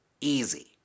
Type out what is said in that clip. easy